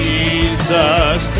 Jesus